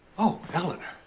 oh, eleanor.